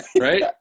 Right